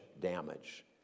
damage